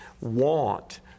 want